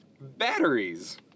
batteries